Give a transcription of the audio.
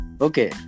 okay